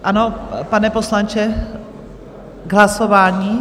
Ano, pane poslanče, k hlasování?